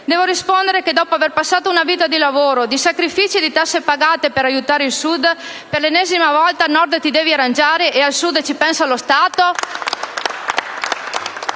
Devo rispondere che, dopo aver passato una vita di lavoro, di sacrifici e di tasse pagate per aiutare il Sud, per l'ennesima volta al Nord ti devi arrangiare e al Sud ci pensa lo Stato?